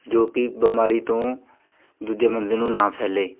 ਜੋ ਕਿ ਬਿਮਾਰੀ ਤੋਂ ਦੂਜੇ ਬੰਦੇ ਨੂੰ ਨਾ ਫੈਲੇ